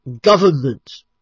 government